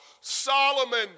Solomon